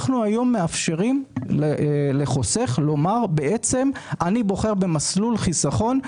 אנחנו מאפשרים לחוסך לומר: אני בוחר במסלול חיסכון,